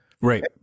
Right